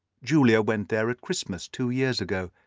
julia went there at christmas two years ago,